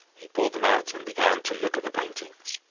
he pulled them out and began to look at the paintings.